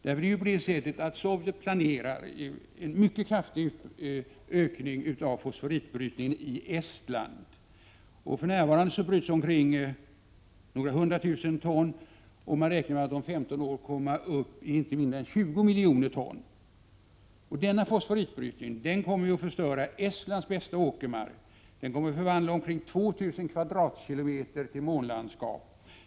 Sovjet planerar en mycket kraftig ökning av fosforitbrytningen i Estland. För närvarande bryts några hundra tusen ton. Man räknar med att om 15 år komma upp i inte mindre än 20 miljoner ton. Denna fosforitbrytning kommer att förstöra Estlands bästa åkermark. Den kommer att förvandla omkring 2 000 kvadratkilometer mark till månlandskap.